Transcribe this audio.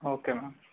okay ma'am